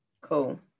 Cool